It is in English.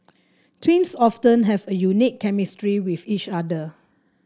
twins often have a unique chemistry with each other